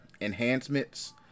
enhancements